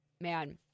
man